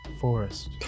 Forest